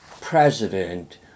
president